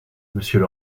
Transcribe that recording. monsieur